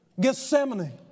Gethsemane